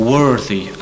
Worthy